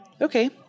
okay